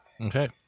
Okay